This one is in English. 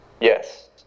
yes